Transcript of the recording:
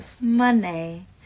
money